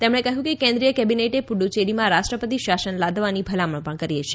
તેમણે કહ્યું કે કેન્દ્રીય કેબિનેટે પુડુચ્ચેરીમાં રાષ્ટ્રપતિ શાસન લાદવાની ભલામણ પણ કરી છે